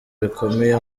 bikomeye